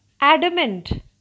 adamant